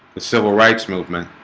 the civil rights movement